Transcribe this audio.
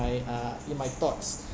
uh in my thoughts